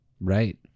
right